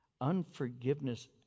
Unforgiveness